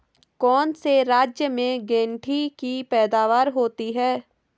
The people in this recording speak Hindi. कौन से राज्य में गेंठी की पैदावार होती है?